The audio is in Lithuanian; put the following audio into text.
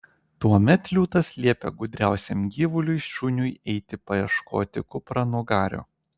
tuomet liūtas liepė gudriausiam gyvuliui šuniui eiti paieškoti kupranugario